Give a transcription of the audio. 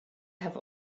have